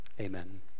amen